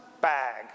bag